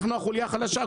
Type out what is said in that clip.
אנחנו החולייה החלשה,